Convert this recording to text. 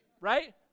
Right